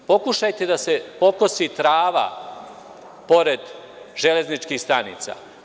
Pokušajte da se pokosi trava pored železničkih stanica.